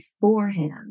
beforehand